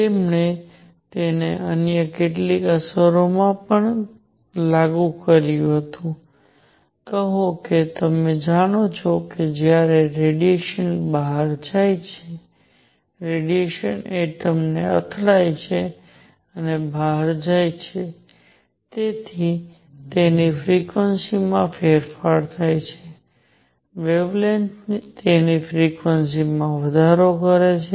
તેમણે તેને અન્ય કેટલીક અસરો પર પણ લાગુ કર્યું કહો કે તમે જાણો છો કે જ્યારે રેડિયેશન બહાર જાય છે રેડિયેશન એટમ ને અથડાય છે અને બહાર જાય છે તેની ફ્રિક્વન્સી માં ફેરફાર થાય છે કે વેવલેંગ્થ તેની ફ્રિક્વન્સી માં વધારો કરે છે